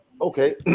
okay